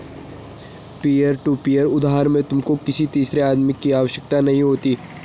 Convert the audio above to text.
peer to peer उधार में तुमको किसी तीसरे आदमी की आवश्यकता नहीं होती